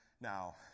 Now